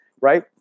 right